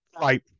right